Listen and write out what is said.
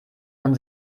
man